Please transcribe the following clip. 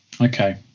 Okay